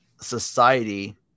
society